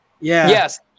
Yes